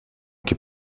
que